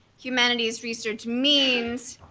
humanities research means,